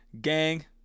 Gang